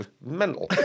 mental